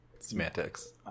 Semantics